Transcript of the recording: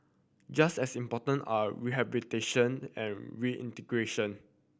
just as important are rehabilitation and reintegration